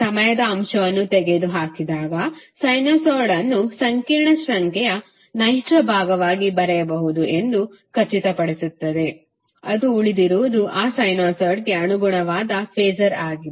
ಸಮಯದ ಅಂಶವನ್ನು ತೆಗೆದುಹಾಕಿದಾಗ ಸೈನುಸಾಯ್ಡ್ ಅನ್ನು ಸಂಕೀರ್ಣ ಸಂಖ್ಯೆಯ ನೈಜ ಭಾಗವಾಗಿ ಬರೆಯಬಹುದೆಂದು ಇದು ಖಚಿತಪಡಿಸುತ್ತದೆ ಅದು ಉಳಿದಿರುವುದು ಆ ಸೈನುಸಾಯ್ಡ್ಗೆ ಅನುಗುಣವಾದ ಫಾಸರ್ ಆಗಿದೆ